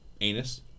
Anus